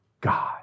God